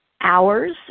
hours